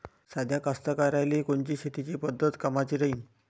साध्या कास्तकाराइले कोनची शेतीची पद्धत कामाची राहीन?